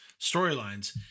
storylines